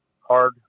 hard